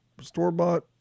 store-bought